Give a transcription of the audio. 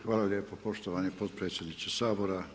Hvala lijepo poštovani potpredsjedniče Sabora.